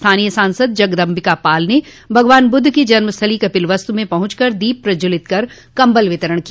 स्थानीय सांसद जगदम्बिका पाल ने भगवान बुद्ध की जन्मस्थली कपिलवस्तु में पहुंच कर दीप प्रज्ज्वलित कर कम्बल का वितरण किया